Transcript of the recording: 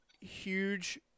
huge